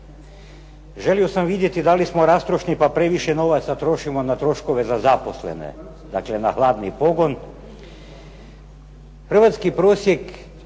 Želio sam vidjeti da li smo rastrošni pa previše novaca trošimo na troškove za zaposlene, dakle na hladni pogon. Hrvatski prosjek